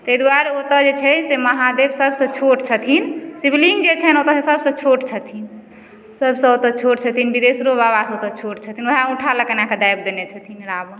तै दुआरे ओतऽ जे छै से महादेव सब सँ छोट छथिन शिवलिंग जे छन्हि ओतऽ से सब सँ छोट छथिन सब सँ छोट छथिन बिदेशरो बाबा से ओतऽ छोट छथिन वएह अङ्गुठा लऽके एनाके दाबि देने छथिन रावण